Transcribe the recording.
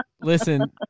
listen